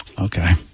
Okay